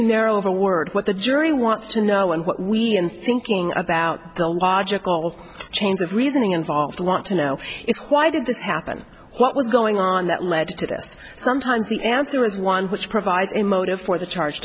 narrow of a word what the jury wants to know and what we and thinking about the logical chains of reasoning involved want to know is why did this happen what was going on that led to this sometimes the answer is one which provides a motive for the charge